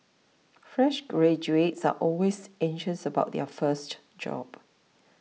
fresh graduates are always anxious about their first job